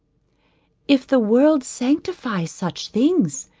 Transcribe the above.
if the world sanctifies such things,